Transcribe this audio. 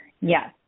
Yes